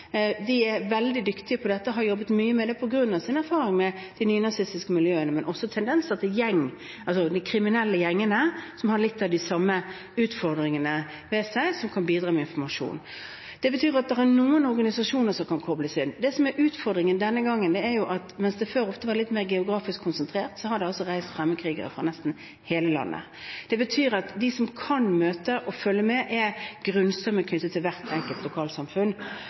dette. De har jobbet veldig mye med det på grunn av sin erfaring med de nynazistiske miljøene, men også tendensen i de kriminelle gjengene, som har litt av de samme utfordringene ved seg. Disse kan bidra med informasjon. Det betyr at det er noen organisasjoner som kan kobles inn. Det som er utfordringen denne gangen, er at mens det før ofte var litt mer geografisk konsentrert, så har det altså reist fremmedkrigere fra nesten hele landet. Det betyr at de som kan møte og følge med, er grunnstammen knyttet til hvert enkelt lokalsamfunn.